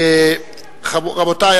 רבותי,